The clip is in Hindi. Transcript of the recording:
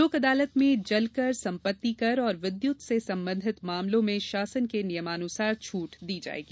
लोक अदालत में जलकरसम्पतिकर और विद्युत से संबंधित मामलों में शासन के नियमानुसार छूट प्रदान की जायेगी